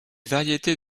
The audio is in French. variétés